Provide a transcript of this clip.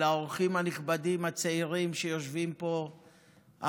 אל האורחים הנכבדים הצעירים שיושבים פה,